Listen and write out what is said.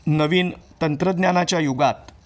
नवीन तंत्रज्ञानाच्या युगात